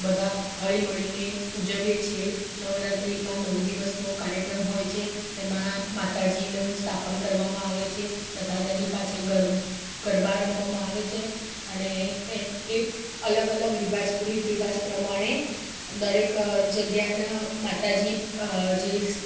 બધા હળી મળીને ઉજવીએ છીએ નવરાત્રીમાં નવ દિવસનો કાર્યક્રમ હોય છે એમાં માતાજીનું સ્થાપન કરવામાં આવે છે તથા તેની પાછે ગર ગરબા રમવામાં આવે છે અને એ અલગ અલગ રિવાજ રીત રિવાજ પ્રમાણે દરેક જગ્યાના માતાજી જે